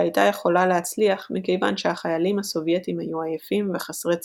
שהייתה יכולה להצליח מכיוון שהחיילים הסובייטים היו עייפים וחסרי ציוד,